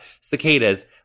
cicadas